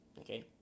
Okay